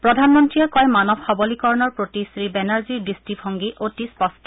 প্ৰধানমন্ত্ৰীয়ে কয় মানৱ সৱলীকৰণৰ প্ৰতি শ্ৰীবেনাৰ্জীৰ দৃষ্টিভংগী স্পষ্ট